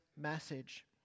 message